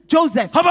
Joseph